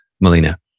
Melina